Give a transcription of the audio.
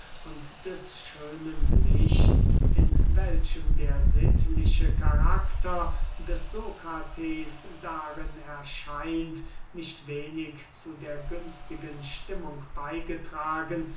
des schönen lichts in welchem der sittliche karakter des sokrates darin erscheint nicht wenig zu der günstigen stimmung beygetragen